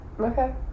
Okay